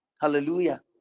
Hallelujah